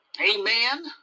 Amen